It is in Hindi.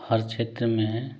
हर क्षेत्र में है